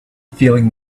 feeling